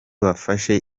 bafashe